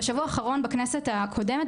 בשבוע האחרון בכנסת הקודמת,